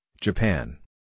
Japan